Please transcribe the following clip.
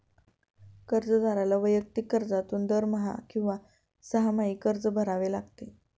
कर्जदाराला वैयक्तिक कर्जातून दरमहा किंवा सहामाही कर्ज भरावे लागते